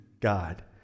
God